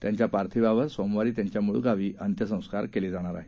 त्यांच्या पार्थिवावर सोमवारी त्यांच्या मूळगावी अंत्यसंस्कार केले जाणार आहेत